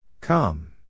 Come